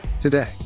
Today